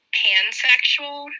pansexual